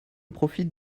profite